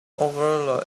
over